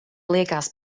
liekas